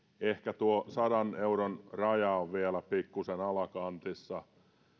ehkä tuo sadan euron raja on vielä pikkuisen alakantissa